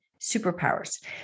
superpowers